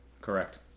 correct